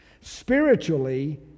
Spiritually